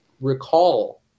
recall